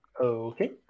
Okay